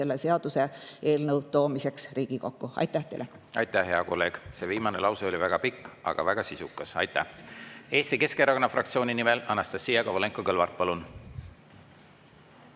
selle seaduse eelnõu toomiseks Riigikokku. Aitäh teile! Aitäh, hea kolleeg! See viimane lause oli väga pikk, aga väga sisukas. Aitäh! Eesti Keskerakonna fraktsiooni nimel Anastassia Kovalenko-Kõlvart, palun!